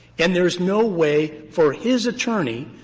and there is no way for his attorney,